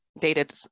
dated